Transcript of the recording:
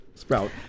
sprout